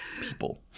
people